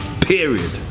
period